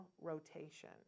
rotation